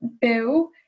Bill